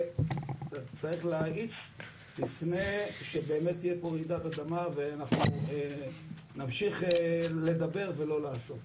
צריך להאיץ לפני שבאמת יהיה פה רעידת אדמה ואנחנו נמשיך לדבר ולא לעשות.